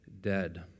dead